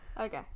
okay